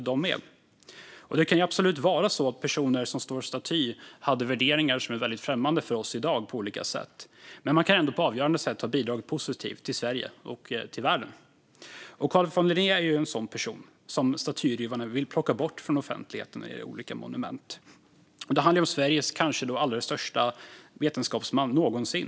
Det kan absolut vara så att personer som står staty hade värderingar som är väldigt främmande för oss i dag på olika sätt, men de kan ändå på avgörande sätt ha bidragit positivt till Sverige och världen. Carl von Linné är en sådan person där statyrivarna vill plocka bort olika monument från offentligheten. Det handlar om Sveriges kanske främsta vetenskapsman någonsin.